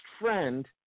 friend